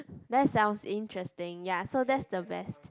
that sounds interesting ya so that's the best